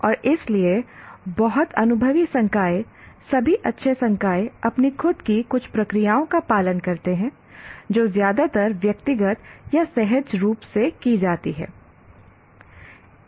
और इसीलिए बहुत अनुभवी संकाय सभी अच्छे संकाय अपनी खुद की कुछ प्रक्रियाओं का पालन करते हैं जो ज्यादातर व्यक्तिगत या सहज रूप से की जाती हैं